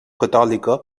catòlica